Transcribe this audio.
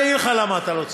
אני אגיד לך למה אתה לא צודק.